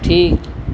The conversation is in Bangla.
ঠিক